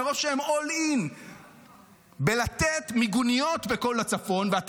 מרוב שהם all in בלתת מיגוניות בכל הצפון,